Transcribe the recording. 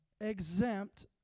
exempt